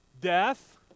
death